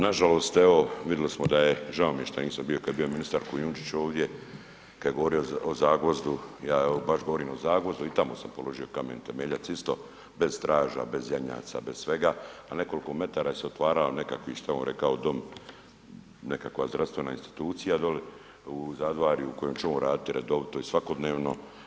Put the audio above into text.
Nažalost evo vidjeli smo da je, žao mi je što nisam bio kad je bio ministar Kujundžić ovdje, kad je govorio o Zagvozdu, ja evo baš govorim o Zagvozdu, i tamo sam položio kamen temeljac isto, bez straža, bez janjaca, bez svega, ali nekoliko metara se otvarao ... dom nekakva zdravstvena institucija doli u Zadvarju u kojem će on raditi redovito i svakodnevno.